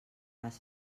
les